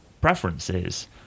preferences